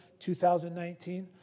2019